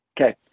okay